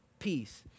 peace